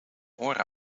oren